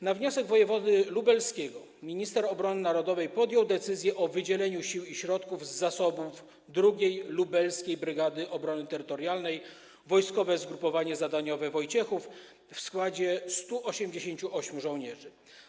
Na wniosek wojewody lubelskiego minister obrony narodowej podjął decyzję o wydzieleniu sił i środków z zasobów 2. Lubelskiej Brygady Obrony Terytorialnej - wojskowego zgrupowania zadaniowego Wojciechów w składzie 188 żołnierzy.